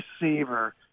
receiver